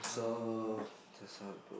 so just now you go